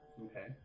Okay